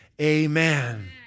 amen